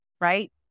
right